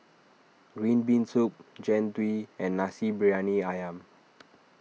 Green Bean Soup Jian Dui and Nasi Briyani Ayam